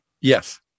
Yes